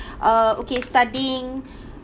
uh okay studying